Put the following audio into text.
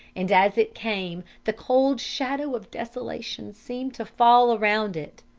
and as it came, the cold shadow of desolation seemed to fall around it.